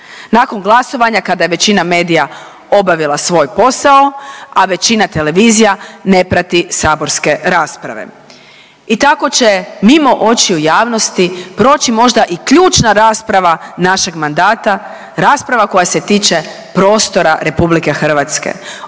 Nakon glasovanja kada je većina medija obavila svoj posao, a većina televizija ne prati saborske rasprave. I tako će mimo očiju javnosti proći možda i ključna rasprava našeg mandata. Rasprava koja se tiče prostora RH.